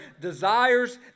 desires